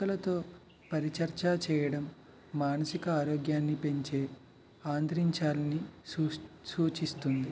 కుక్కలతో పరి చర్చ చేయడం మానసిక ఆరోగ్యాన్ని పెంచే ఆంతరించాలని సూ సూచిస్తుంది